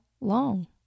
long